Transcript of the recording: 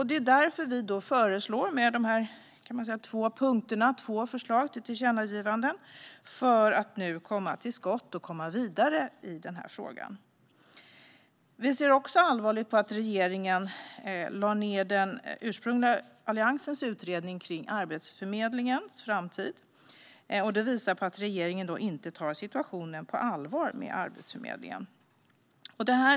Det är därför som vi har två punkter i förslaget till tillkännagivande för att man nu ska komma till skott och kunna gå vidare i frågan. Vi ser också allvarligt på att regeringen lade ned utredningen som Alliansen tillsatte om Arbetsförmedlingens framtid. Det visar också på att regeringen inte tar situationen med Arbetsförmedlingen på allvar.